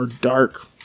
dark